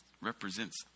represents